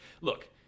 Look